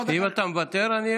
אם אתה מוותר, אני, אין לי בעיה.